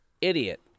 Idiot